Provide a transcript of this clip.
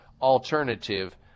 alternative